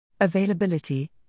Availability